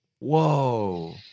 Whoa